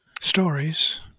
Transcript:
stories